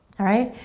alright,